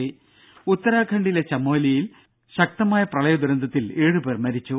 ദേദ ഉത്തരാഖണ്ഡിലെ ചമോലിയിൽ ശക്തമായ പ്രളയദുരന്തത്തിൽ ഏഴ് പേർ മരിച്ചു